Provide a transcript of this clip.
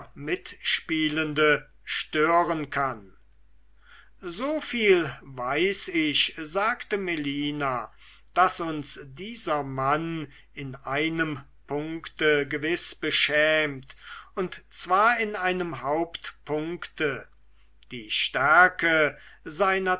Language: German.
mitspielende stören kann so viel weiß ich sagte melina daß uns dieser mann in einem punkte gewiß beschämt und zwar in einem hauptpunkte die stärke seiner